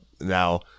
now